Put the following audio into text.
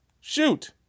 shoot